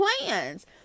plans